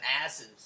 asses